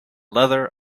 leather